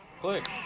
click